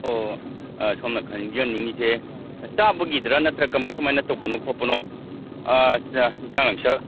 ꯑꯣ ꯁꯣꯝꯅ ꯈꯪꯖꯅꯤꯡꯉꯤꯁꯦ ꯆꯥꯕꯒꯤꯗꯔꯥ ꯅꯠꯇ꯭ꯔ ꯀꯃꯥꯏ ꯀꯃꯥꯏꯅ ꯇꯧꯕꯅꯣ ꯈꯣꯠꯄꯅꯣ ꯍꯤꯟꯖꯥꯡ ꯂꯥꯡꯁꯛ